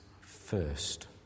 first